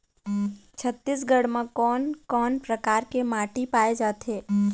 छत्तीसगढ़ म कोन कौन प्रकार के माटी पाए जाथे?